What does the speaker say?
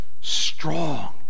strong